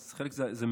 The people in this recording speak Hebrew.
אז בחלק זה מעורב,